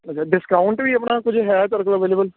ਅੱਛਾ ਡਿਸਕਾਊਂਟ ਵੀ ਆਪਣਾ ਕੁਝ ਹੈ ਤੁਹਾਡੇ ਕੋਲ ਅਵੇਲੇਬਲ